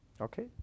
Okay